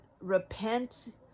repent